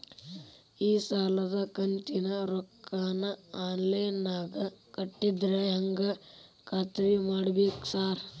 ಈ ಸಾಲದ ಕಂತಿನ ರೊಕ್ಕನಾ ಆನ್ಲೈನ್ ನಾಗ ಕಟ್ಟಿದ್ರ ಹೆಂಗ್ ಖಾತ್ರಿ ಮಾಡ್ಬೇಕ್ರಿ ಸಾರ್?